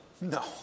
No